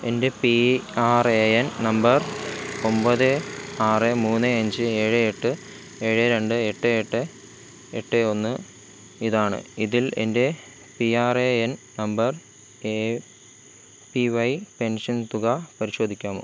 എൻ്റെ P R A N number ഒൻപത് ആറ് മൂന്ന് അഞ്ച് ഏഴ് എട്ട് ഏഴ് രണ്ട് എട്ട് എട്ട് എട്ട് ഒന്ന് ഇതാണ് ഇതിൽ എൻ്റെ P R A N number A P Y pension തുക പരിശോധിക്കാമോ